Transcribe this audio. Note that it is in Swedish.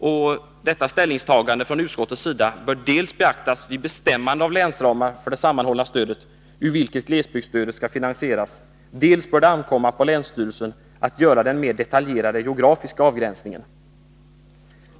Dels bör detta ställningstagande från utskottets sida beaktas vid bestämmande av länsramar för det sammanhållna stödet ur vilket glesbygdsstödet skall finansieras, dels bör det ankomma på länsstyrelsen att göra den mera detaljerade geografiska avgränsningen.